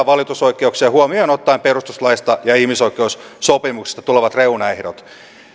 valitusoikeuksia huomioon ottaen perustuslaista ja ihmisoi keussopimuksista tulevat reunaehdot